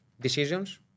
decisions